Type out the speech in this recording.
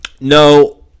no